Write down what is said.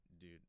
dude